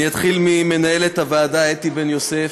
אני אתחיל ממנהלת הוועדה, אתי בן יוסף,